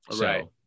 Right